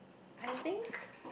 I think